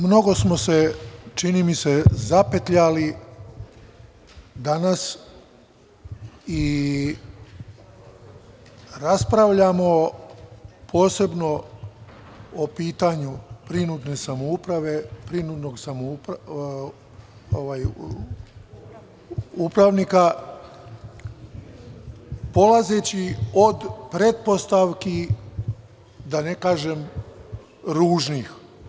Mnogo smo se zapetljali danas i raspravljamo posebno o pitanju prinudne samouprave, prinudnog upravnika, polazeći od pretpostavki, da ne kažem ružnih.